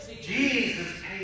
Jesus